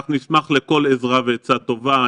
אנחנו נשמח לכל עזרה ועצה טובה.